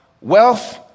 wealth